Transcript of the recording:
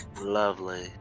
lovely